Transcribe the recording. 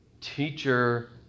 teacher